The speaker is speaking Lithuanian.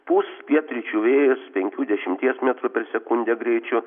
pūs pietryčių vėjas penkių dešimties metrų per sekundę greičiu